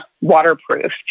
waterproof